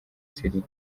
siriya